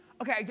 Okay